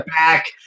back